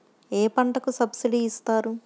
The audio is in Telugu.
ఏ పంటకు సబ్సిడీ ఇస్తారు?